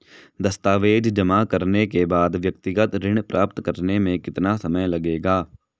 दस्तावेज़ जमा करने के बाद व्यक्तिगत ऋण प्राप्त करने में कितना समय लगेगा?